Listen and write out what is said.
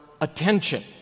attention